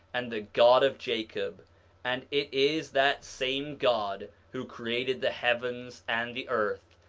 and the god of jacob and it is that same god who created the heavens and the earth,